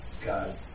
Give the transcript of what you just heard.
God